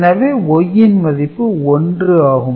எனவே Y ன் மதிப்பு 1 ஆகும்